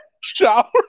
shower